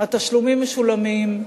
התשלומים משולמים,